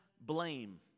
blame